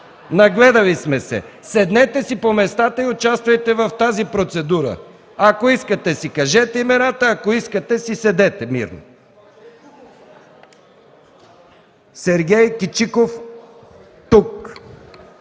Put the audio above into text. нагледали сме се! Седнете си по местата и участвайте в тази процедура. Ако искате си кажете имената, ако искате си седете мирно. Сергей Манушов